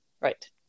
Right